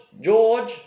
George